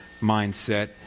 mindset